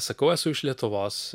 sakau esu iš lietuvos